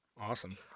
Awesome